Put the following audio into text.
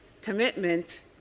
commitment